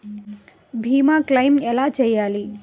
భీమ క్లెయిం ఎలా చేయాలి?